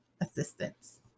assistance